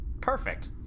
Perfect